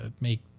make